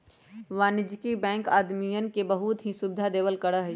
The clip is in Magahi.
वाणिज्यिक बैंकवन आदमी के बहुत सी सुविधा देवल करा हई